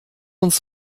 uns